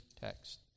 text